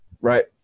Right